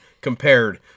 compared